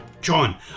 John